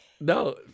No